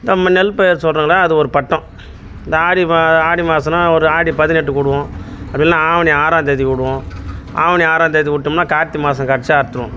நம்ம நெல் பயிர் சொல்றோங்கல்ல அது ஒரு பட்டம் இந்த ஆடி வ ஆடி மாதம்னா ஒரு ஆடி பதினெட்டுக்கு விடுவோம் அப்படி இல்லைன்னா ஆவணி ஆறாந்தேதி விடுவோம் ஆவணி ஆறாந்தேதி விட்டோம்னா கார்த்திகை மாதம் கடைசியாக அறுத்துடுவோம்